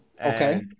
Okay